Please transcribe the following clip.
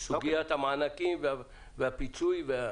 בסוגית המענקים והפיצוי.